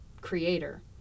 creator